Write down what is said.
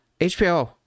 HBO